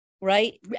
right